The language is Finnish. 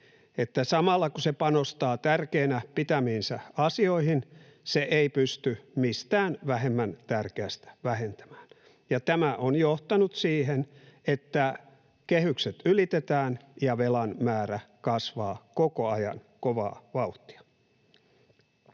samalla kun se panostaa tärkeänä pitämiinsä asioihin, se ei pysty mistään vähemmän tärkeästä vähentämään, ja tämä on johtanut siihen, että kehykset ylitetään ja velan määrä kasvaa koko ajan kovaa vauhtia.